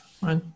right